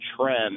trend